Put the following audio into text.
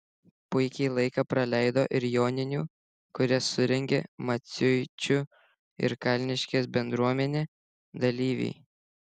puikiai laiką praleido ir joninių kurias surengė maciuičių ir kalniškės bendruomenė dalyviai